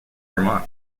vermont